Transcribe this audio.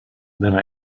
then